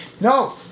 No